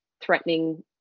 threatening